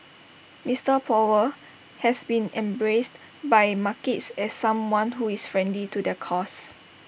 Mister powell has been embraced by markets as someone who is friendly to their cause